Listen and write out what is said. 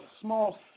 small